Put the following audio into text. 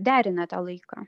derina tą laiką